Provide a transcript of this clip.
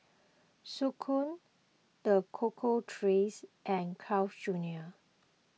Snek Ku the Cocoa Trees and Carl's Junior